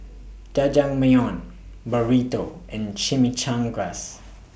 Jajangmyeon Burrito and Chimichangas